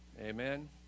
Amen